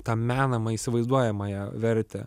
tą menamą įsivaizduojamą vertę